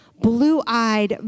blue-eyed